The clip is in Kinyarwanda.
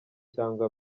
cyangwa